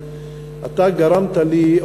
אתה גרמת לי,